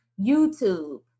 YouTube